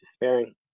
despairing